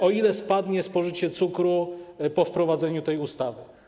O ile spadnie spożycie cukru po wprowadzeniu tej ustawy?